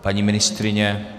Paní ministryně?